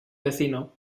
vecino